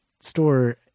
store